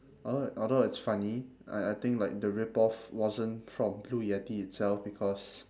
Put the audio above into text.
although it although it's funny I I think like the rip off wasn't from blue yeti itself because